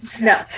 no